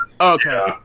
Okay